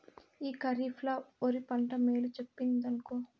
ఈ కరీఫ్ ల ఒరి పంట మేలు చెప్పిందినుకో